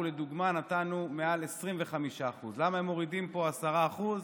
אנחנו לדוגמה נתנו מעל 25%. למה הם מורידים פה 10%?